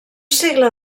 segle